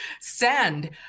Send